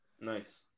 Nice